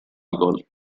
michael